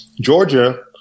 Georgia